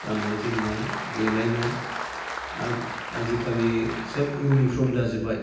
गाननाय जोमनाय देलाइनाय आरो आजिखालि सोब इयुनिफर्म जाजोबबाय